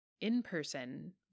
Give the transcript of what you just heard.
In-person